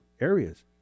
areas